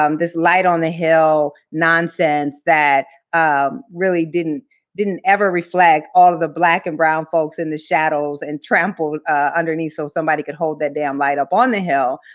um this light on the hill nonsense that um really didn't didn't ever reflect all of the black and brown folks in the shadows and trampled underneath so somebody could hold that damn light up on the hill,